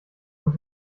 und